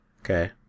Okay